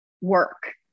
work